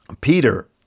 Peter